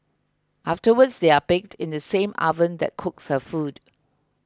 afterwards they are baked in the same oven that cooks her food